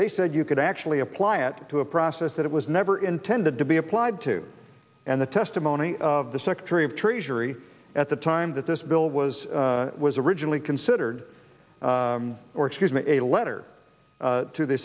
they said you could actually apply it to a process that it was never intended to be applied to and the testimony of the secretary of treasury at the time that this bill was originally considered or excuse me a letter to the